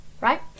right